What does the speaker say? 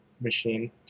machine